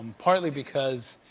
partly because,